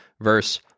verse